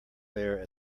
there